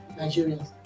Nigerians